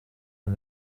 and